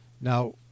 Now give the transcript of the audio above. Now